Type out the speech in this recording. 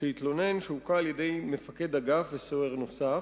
שהתלונן שהוכה על-ידי מפקד אגף וסוהר נוסף.